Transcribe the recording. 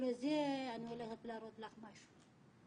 אני הולכת להראות לך משהו.